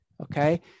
okay